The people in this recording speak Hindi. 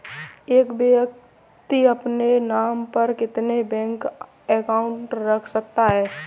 एक व्यक्ति अपने नाम पर कितने बैंक अकाउंट रख सकता है?